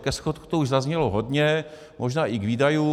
Ke schodku toho už zaznělo hodně, možná i k výdajům.